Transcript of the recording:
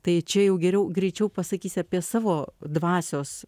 tai čia jau geriau greičiau pasakysi apie savo dvasios